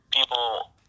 people